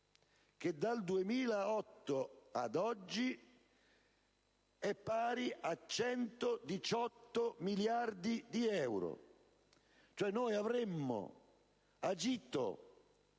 che, dal 2008 ad oggi, è pari a 118 miliardi di euro: noi avremmo agito